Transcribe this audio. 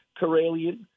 Karelian